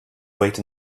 wait